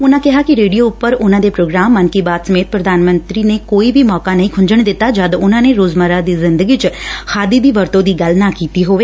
ਉਨਾਂ ਕਿਹਾ ਕਿ ਰੇਡੀਓ ਉਪਰ ਉਨਾਂ ਦੇ ਧੋਗਰਾਮ ਮਨ ਕੀ ਬਾਤ ਸਮੇਤ ਪ੍ਰਧਾਨ ਮੰਤਰੀ ਨੇ ਕੋਈ ਵੀ ਮੌਕਾ ਨਹੀਂ ਖੁੰਝਣ ਦਿੱਤਾ ਜਦ ਉਨੂਾ ਨੇ ਰੋਜ਼ਮਰਾ ਦੀ ਜ਼ਿੰਦਗੀ ਚ ਖਾਦੀ ਦੀ ਵਰਤੋ ਦੀ ਗੱਲ ਨਾ ਕੀਡੀ ਹੋਵੇ